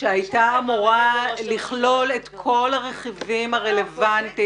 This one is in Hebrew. שהייתה אמורה לכלול את כל הרכיבים הרלוונטיים.